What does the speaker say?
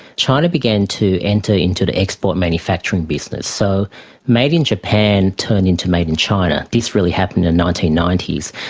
china began to enter into the export manufacturing business. so made in japan turned into made in china, this really happened in the nineteen ninety s.